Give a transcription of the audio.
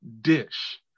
dish